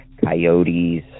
coyotes